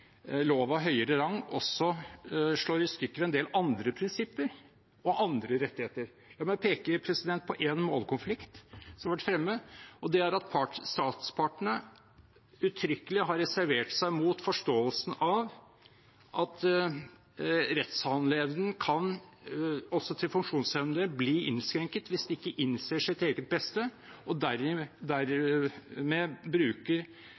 høyere rang, også slår i stykker en del andre prinsipper og andre rettigheter. La meg peke på en målkonflikt som har vært fremme, og det er at statspartene uttrykkelig har reservert seg mot forståelsen av at rettighetene til funksjonshemmede kan bli innskrenket hvis de ikke innser sitt eget beste, og